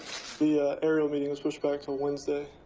the ah ariel meeting is pushed back till wednesday.